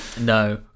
No